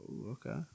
okay